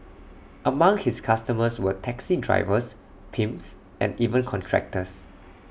among his customers were taxi drivers pimps and even contractors